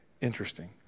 interesting